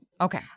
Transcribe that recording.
okay